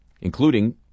including